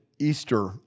Easter